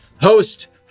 host